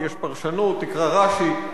יש פרשנות, תקרא רש"י, תלמד.